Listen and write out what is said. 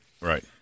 Right